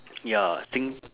ya sing~